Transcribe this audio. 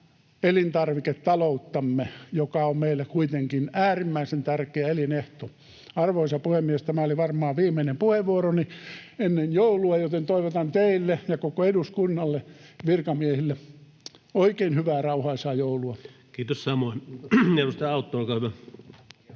elintarviketalouttamme, joka on meille kuitenkin äärimmäisen tärkeä elinehto. Arvoisa puhemies! Tämä oli varmaan viimeinen puheenvuoroni ennen joulua, joten toivotan teille ja koko eduskunnalle ja virkamiehille oikein hyvää, rauhaisaa joulua. [Speech 117] Speaker: